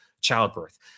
childbirth